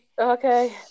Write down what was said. Okay